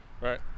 right